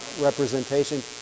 representation